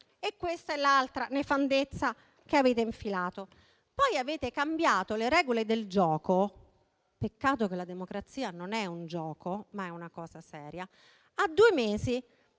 e questa è l'altra nefandezza che avete infilato. Poi avete cambiato le regole del gioco - peccato che la democrazia non è un gioco, ma è una cosa seria - a due mesi